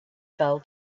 fell